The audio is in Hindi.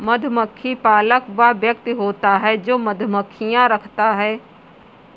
मधुमक्खी पालक वह व्यक्ति होता है जो मधुमक्खियां रखता है